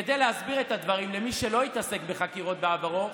כדי להסביר את הדברים למי שלא התעסק בחקירות בעברו,